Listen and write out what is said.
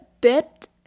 bit